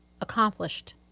accomplished